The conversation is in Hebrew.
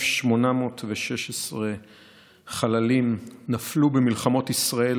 23,816 חללים נפלו במלחמות ישראל